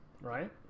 Right